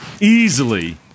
easily